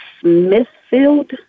Smithfield